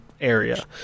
area